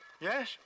Yes